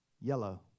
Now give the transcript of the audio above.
yellow